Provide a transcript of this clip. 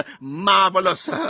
marvelous